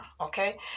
okay